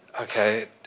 Okay